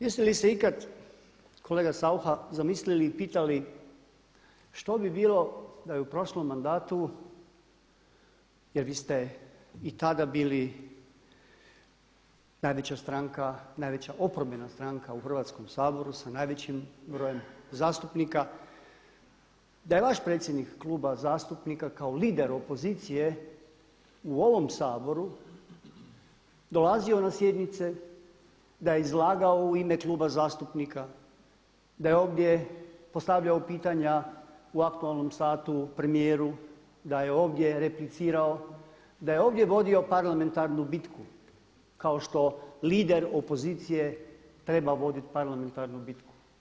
Jeste li se ikad kolega Saucha zamislili i pitali što bi bilo da je u prošlom mandatu, jer vi ste i tada bili najveća stranka, najveća oporbena stranka u Hrvatskom saboru sa najvećim brojem zastupnika da je vaš predsjednik kluba zastupnika kao lider opozicije u ovom Saboru dolazio na sjednice, da ja izlagao u ime kluba zastupnika, da je ovdje postavljao pitanja u aktualnom satu premijeru, da je ovdje replicirao, da je ovdje vodio parlamentarnu bitku kao što lider opozicije trebao voditi parlamentarnu bitku.